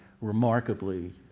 remarkably